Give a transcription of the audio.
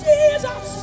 Jesus